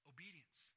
Obedience